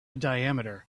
diameter